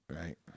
Right